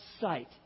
sight